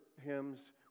hymns